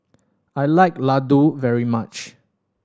I like laddu very much